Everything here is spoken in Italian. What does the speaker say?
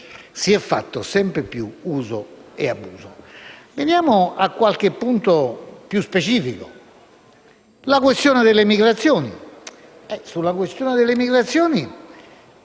ne è fatto sempre più uso e abuso. Veniamo a qualche punto più specifico. Sulla questione dell'emigrazione